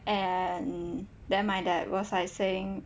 and then my dad was like saying